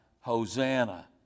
Hosanna